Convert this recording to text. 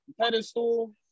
pedestal